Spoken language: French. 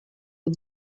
aux